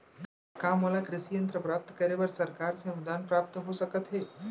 का मोला कृषि यंत्र प्राप्त करे बर सरकार से अनुदान प्राप्त हो सकत हे?